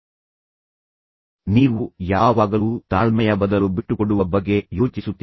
ನೀವು ಅದನ್ನು ಒಮ್ಮೆ ಬಿಟ್ಟುಕೊಡುತ್ತೀರಿ ನೀವು ಮುಂದುವರಿಸುತ್ತೀರಿ ಮತ್ತು ನಂತರ ನೀವು ಯಾವಾಗಲೂ ತಾಳ್ಮೆಯ ಬದಲು ಬಿಟ್ಟುಕೊಡುವ ಬಗ್ಗೆ ಯೋಚಿಸುತ್ತೀರಿ